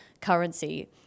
currency